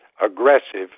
aggressive